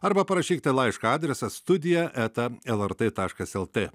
arba parašykite laišką adresas studija eta lrt taškas lt